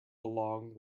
along